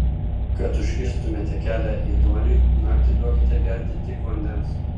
kad užkirstumėte kelią ėduoniui naktį duokite gerti tik vandens